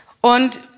Und